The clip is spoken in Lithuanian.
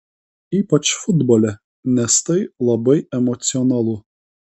ypač futbole nes tai labai emocionalu